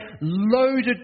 loaded